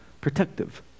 protective